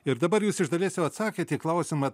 ir dabar jūs iš dalies jau atsakėt į klausimą